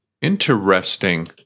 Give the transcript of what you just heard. Interesting